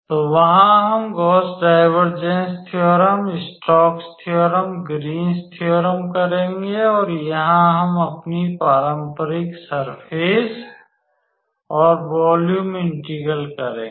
तो वहां हम Gauss divergence theorem Stokes theorem Green's theorem करेंगे और यहां हम अपनी पारंपरिक सरफेस और वॉल्यूम इंटेग्रल करेंगे